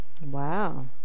Wow